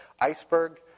iceberg